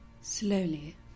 Slowly